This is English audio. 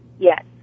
Yes